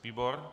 Výbor?